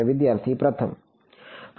વિદ્યાર્થી પ્રથમ પ્રથમ